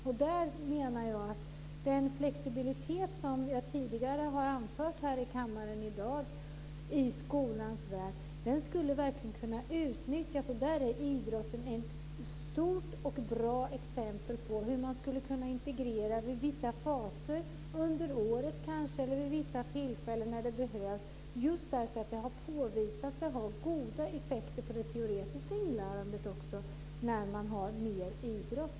Och där menar jag att denna flexibilitet, som jag tidigare har anfört här i kammaren i dag, i skolans värld verkligen skulle kunna utnyttjas. Och där är idrotten ett stort och bra exempel på hur man under vissa faser under året kanske eller vid vissa tillfällen när det behövs skulle kunna integrera, just därför att det har påvisats ha goda effekter också på det teoretiska inlärandet när man har mer idrott.